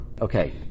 okay